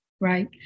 Right